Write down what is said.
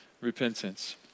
repentance